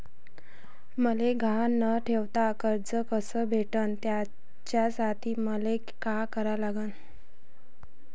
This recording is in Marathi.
मले गहान न ठेवता कर्ज कस भेटन त्यासाठी मले का करा लागन?